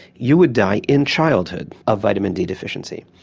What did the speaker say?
you would die in childhood of vitamin d deficiency,